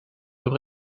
door